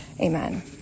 Amen